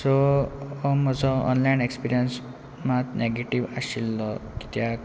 so हो म्हजो online experience मात नेगेटीव आशिल्लो कित्याक